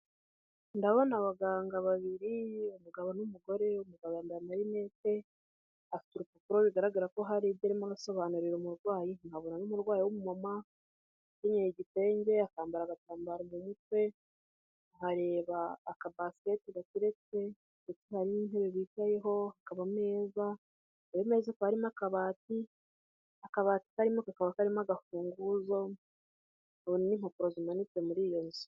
Ndabona abaganga babiri umugabo n'umugore, umugabo yambaye amarinete afite urupapuro bigaragarako haribyo arimo arasobanurira umurwayi nkabona n'umurwayi w'umumama ukenyeye igitenge akambara agatambaro mumutwe nkareba akabasketi gateretse ndetse hari n'intebe bicayeho hakaba ameza, ayo meza akaba arimo akabati, akabati karimo kakaba karimo agafunguzo, nkabona n'imapuro zimanitse muri iyo nzu.